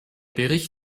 bericht